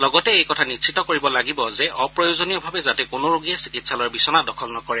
লগতে এই কথা নিশ্চিত কৰিব লাগিব অপ্ৰয়োজনীয়ভাৱে যাতে কোনো ৰোগীয়ে চিকিৎসালয়ৰ বিছনা দখল নকৰে